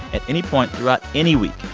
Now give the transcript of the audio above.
at any point throughout any week,